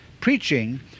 Preaching